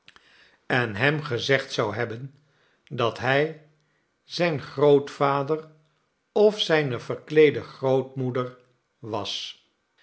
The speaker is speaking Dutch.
en hem gezegd zou hebben dat hij zijn grootvader of zijne verkleede grootmoeder was